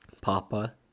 papa